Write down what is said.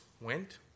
went